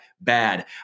Bad